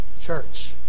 church